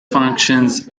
functions